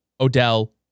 Odell